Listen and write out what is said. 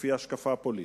לפי השקפה פוליטית,